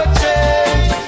change